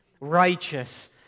righteous